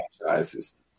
franchises